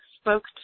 spoke